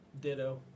Ditto